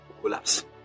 collapse